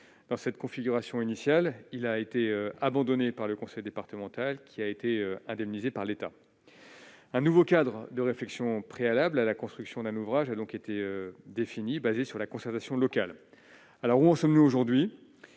dans cette configuration initiale, il a été abandonné par le conseil départemental qui a été indemnisés par l'État, un nouveau cadre de réflexion préalable à la construction d'un ouvrage a donc été défini basée sur la concertation locale, alors où en sommes-nous aujourd'hui